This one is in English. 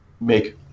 make